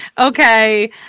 Okay